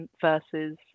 versus